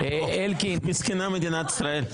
מסכנה מדינת ישראל.